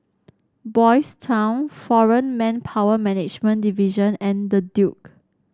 Boys' Town Foreign Manpower Management Division and The Duke